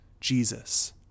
Jesus